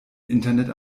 internet